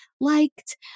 liked